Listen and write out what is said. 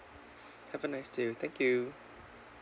have a nice day thank you